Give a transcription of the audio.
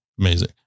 Amazing